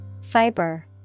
Fiber